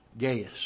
Gaius